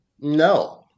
no